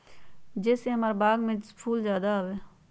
जे से हमार बाग में फुल ज्यादा आवे?